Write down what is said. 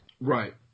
Right